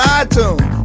iTunes